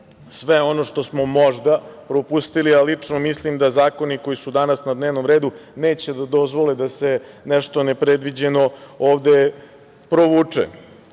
sve ono što smo možda propustili, a lično mislim da zakoni koji su danas na dnevnom redu neće da dozvole da se nešto ne predviđeno ovde provuče. Ono